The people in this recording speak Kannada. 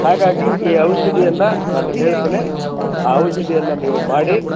ಹಾಗಾಗಿ ಈ ಔಷಧಿಯನ್ನು ನಾನು ಹೇಳ್ತೇನೆ ಆ ಔಷಧಿಯನ್ನು ನೀವು ಮಾಡಿ